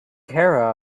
care